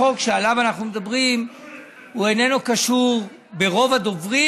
החוק שעליו אנחנו מדברים איננו קשור ברוב הדוברים,